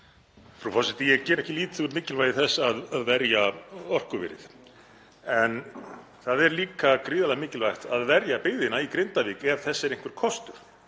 Frú forseti. Ég geri ekki lítið úr mikilvægi þess að verja orkuverið en það er líka gríðarlega mikilvægt að verja byggðina í Grindavík ef þess er einhver kostur.